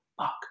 fuck